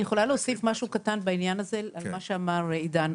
אני רוצה להוסיף משהו קטן לגבי מה שאמר עידן.